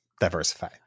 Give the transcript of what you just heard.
diversify